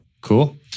Cool